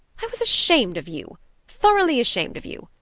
i was ashamed of you thoroughly ashamed of you.